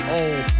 old